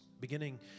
Beginning